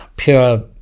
pure